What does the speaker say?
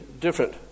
different